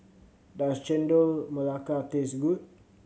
does Chendol Melaka taste good